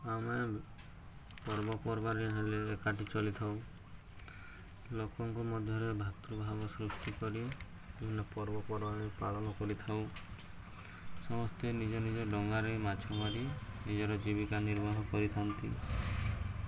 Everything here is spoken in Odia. ଆମେ ପର୍ବପର୍ବାଣୀ ହେଲେ ଏକାଠି ଚଲିଥାଉ ଲୋକଙ୍କ ମଧ୍ୟରେ ଭାତୃଭାବ ସୃଷ୍ଟି କରି ବିଭିନ୍ନ ପର୍ବପର୍ବାଣୀ ପାଳନ କରିଥାଉ ସମସ୍ତେ ନିଜ ନିଜ ଡ଼ଙ୍ଗାରେ ମାଛ ମାରି ନିଜର ଜୀବିକା ନିର୍ବାହ କରିଥାନ୍ତି